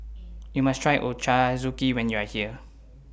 YOU must Try Ochazuke when YOU Are here